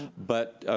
but,